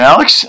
Alex